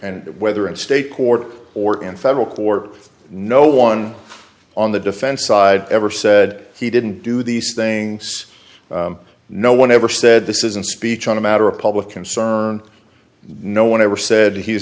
and whether in state court or in federal court no one on the defense side ever said he didn't do these things no one ever said this is a speech on a matter of public concern no one ever said he's